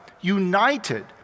united